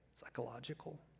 psychological